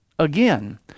again